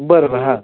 बरं बरं हां